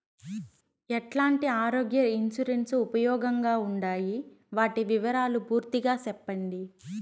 ఎట్లాంటి ఆరోగ్య ఇన్సూరెన్సు ఉపయోగం గా ఉండాయి వాటి వివరాలు పూర్తిగా సెప్పండి?